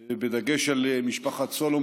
בדגש על משפחת טקה,